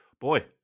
boy